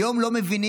היום לא מבינים,